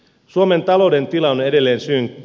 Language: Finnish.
suomen talouden tila on edelleen synkkä